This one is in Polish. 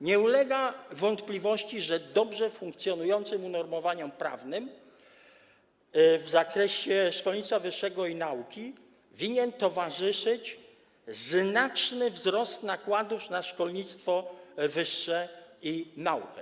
Nie ulega wątpliwości, że dobrze funkcjonującym unormowaniom prawnym w zakresie szkolnictwa wyższego i nauki winien towarzyszyć znaczny wzrost nakładów na szkolnictwo wyższe i naukę.